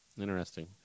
Interesting